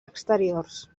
exteriors